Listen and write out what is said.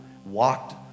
walked